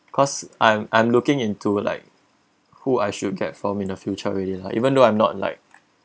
cause I'm I'm looking into like who I should get from in the future really like even though I'm not like